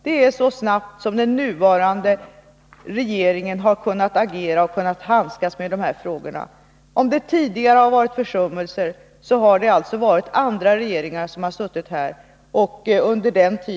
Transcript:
Det är så snabbt som den nuvarande regeringen har kunnat agera och handskas med dessa frågor. Om det tidigare har varit försummelser har det alltså varit andra regeringar som fått bära ansvaret.